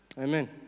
Amen